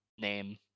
name